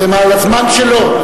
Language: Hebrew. אתם על הזמן שלו.